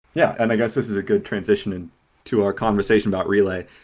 yeah. and i guess this is a good transition and to our conversation about relay,